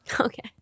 Okay